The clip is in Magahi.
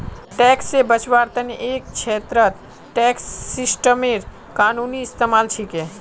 टैक्स से बचवार तने एक छेत्रत टैक्स सिस्टमेर कानूनी इस्तेमाल छिके